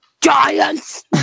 Giants